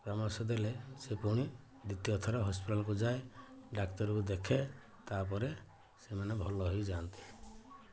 ପରାମର୍ଶ ଦେଲେ ସେ ପୁଣି ଦ୍ଵିତୀୟ ଥର ହସ୍ପିଟାଲ୍କୁ ଯାଏ ଡାକ୍ତରକୁ ଦେଖେ ତା'ପରେ ସେମାନେ ଭଲ ହେଇଯାଆନ୍ତି